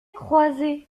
croisées